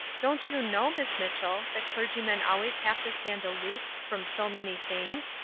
don't you know, miss mitchell, that clergymen always have to stand aloof from so many things,